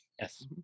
Yes